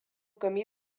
camí